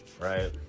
right